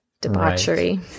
debauchery